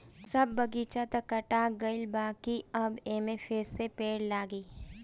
सब बगीचा तअ काटा गईल बाकि अब एमे फिरसे पेड़ लागी